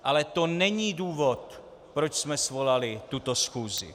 Ale to není důvod, proč jsme svolali tuto schůzi.